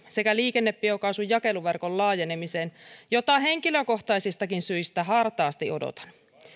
sekä liikennebiokaasun jakeluverkon laajenemista jota henkilökohtaisistakin syistä hartaasti odotan ja omassa tulevaisuusbudjetissaan esittävät merkittävää panostamista niihin